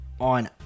On